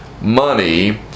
money